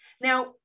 Now